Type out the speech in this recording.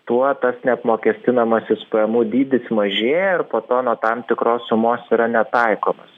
tuo tas neapmokestinamasis pajamų dydis mažėja ir po to nuo tam tikros sumos yra netaikomas